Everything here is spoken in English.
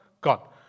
God